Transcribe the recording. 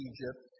Egypt